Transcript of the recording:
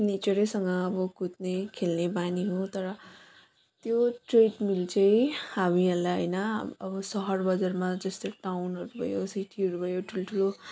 नेचरैसँग अब कुद्ने खेल्ने बानी हो तर त्यो ट्रेडमिल चाहिँ हामीहरूलाई हैन अब सहरबजारमा जस्तै टाउनहरू भयो सिटीहरू भयो ठुल्ठुलो